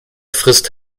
frisst